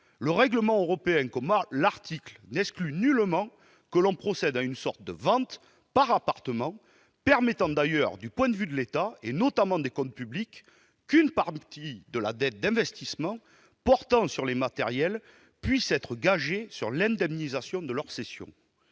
Le règlement européen, comme l'article, n'exclut nullement que l'on procède à une sorte de vente par appartement, permettant d'ailleurs, du point de vue de l'État- je pense notamment aux comptes publics -, qu'une partie de la dette d'investissement portant sur les matériels puisse être gagée sur l'indemnisation de leur cession.